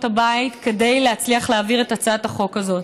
הבית כדי להצליח להעביר את הצעת החוק הזאת.